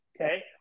okay